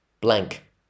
blank